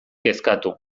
kezkatu